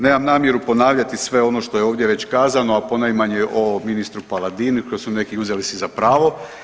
Nemam namjeru ponavljati sve ono što je ovdje već kazano, a ponajmanje o ministru Paladini koji su neki uzeli si za pravo.